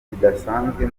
kidasanzwe